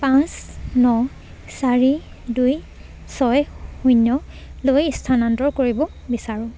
পাঁচ ন চাৰি দুই ছয় শূন্যলৈ স্থানান্তৰ কৰিব বিচাৰোঁ